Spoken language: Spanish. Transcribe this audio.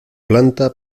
planta